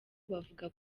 bavuga